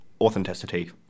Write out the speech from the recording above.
authenticity